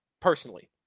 personally